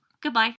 Goodbye